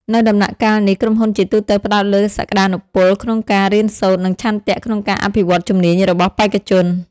នៅដំណាក់កាលនេះ ក្រុមហ៊ុនជាទូទៅផ្តោតលើសក្តានុពលក្នុងការរៀនសូត្រ និងឆន្ទៈក្នុងការអភិវឌ្ឍជំនាញរបស់បេក្ខជន។